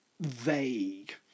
vague